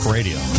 Radio